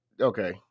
Okay